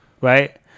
right